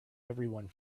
everyone